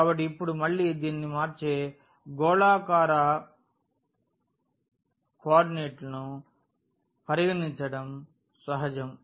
కాబట్టి ఇప్పుడు మళ్ళీ దీనిని మార్చే గోళాకార కోఆర్డినేట్ ను పరిగణించడం సహజం